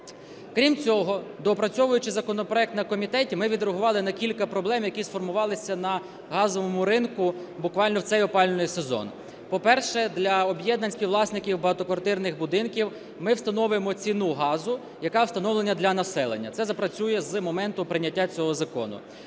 Крім цього, доопрацьовуючи законопроект на комітеті, ми відреагували на кілька проблем, які сформувалися на газовому ринку буквально в цей опалювальний сезон. По-перше, для об'єднань співвласників багатоквартирних будинків ми встановимо ціну газу, яка встановлена для населення. Це запрацює з моменту прийняття цього закону.